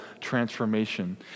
transformation